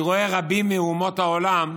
אני רואה רבים מאומות העולם,